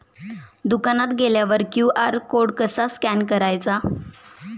दुकानात गेल्यावर QR code कसा स्कॅन करायचा?